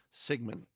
segment